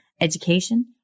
education